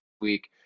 week